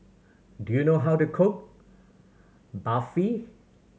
do you know how to cook Barfi